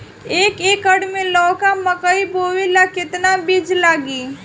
एक एकर मे लौका मकई बोवे ला कितना बिज लागी?